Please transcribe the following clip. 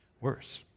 worse